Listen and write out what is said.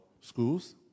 schools